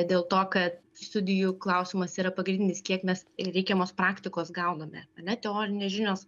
dėl to kad studijų klausimas yra pagrindinis kiek mes reikiamos praktikos gauname ar ne teorinės žinios